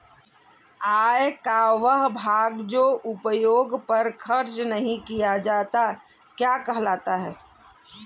आय का वह भाग जो उपभोग पर खर्च नही किया जाता क्या कहलाता है?